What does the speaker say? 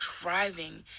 driving